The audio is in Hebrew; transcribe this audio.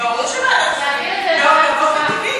ברור שוועדת הכספים, להעביר את זה לוועדת חוקה.